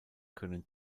können